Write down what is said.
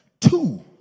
Two